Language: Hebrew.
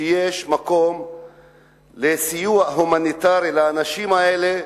שיש מקום לסיוע הומניטרי לאנשים האלה,